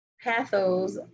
pathos